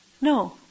No